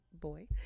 boy